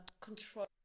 control